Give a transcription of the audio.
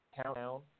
countdown